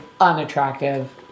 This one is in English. unattractive